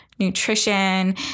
nutrition